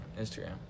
Instagram